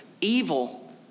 evil